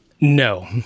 No